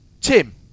Tim